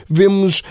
vemos